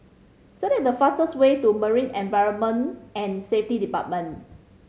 select the fastest way to Marine Environment and Safety Department